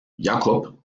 jakob